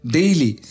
Daily